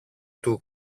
του